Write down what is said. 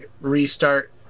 restart